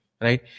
right